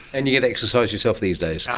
and you get exercise yourself these days?